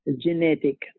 genetic